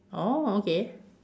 oh okay